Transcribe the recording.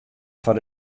foar